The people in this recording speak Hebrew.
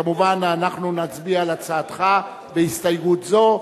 כמובן, אנחנו נצביע על הצעתך בהסתייגות זו,